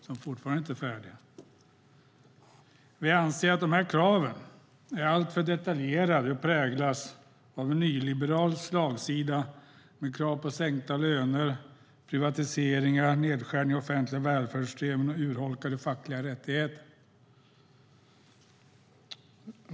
Vi anser att de här kraven är alltför detaljerade och präglas av en nyliberal slagsida med krav på sänkta löner, privatiseringar, nedskärningar av offentliga välfärdssystem och urholkade fackliga rättigheter.